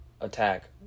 attack